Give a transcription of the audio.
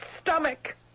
stomach